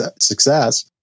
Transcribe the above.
success